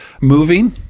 moving